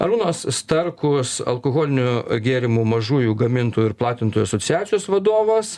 arūnas starkus alkoholinių gėrimų mažųjų gamintojų ir platintojų asociacijos vadovas